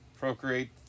procreate